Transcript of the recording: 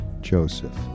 joseph